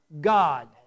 God